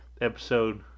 episode